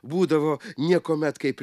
būdavo niekuomet kaip